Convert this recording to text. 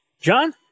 John